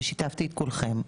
ושיתפתי את כולכם: